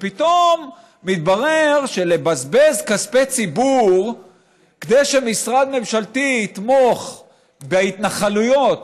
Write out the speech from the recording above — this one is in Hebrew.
ופתאום מתברר שלבזבז כספי ציבור כדי שמשרד ממשלתי יתמוך בהתנחלויות,